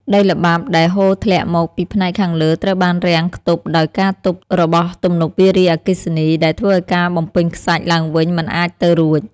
ដីល្បាប់ដែលហូរធ្លាក់មកពីផ្នែកខាងលើត្រូវបានរាំងខ្ទប់ដោយការទប់របស់ទំនប់វារីអគ្គិសនីដែលធ្វើឱ្យការបំពេញខ្សាច់ឡើងវិញមិនអាចទៅរួច។